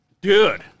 Dude